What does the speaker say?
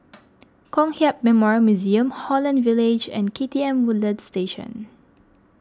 Kong Hiap Memorial Museum Holland Village and K T M Woodlands Station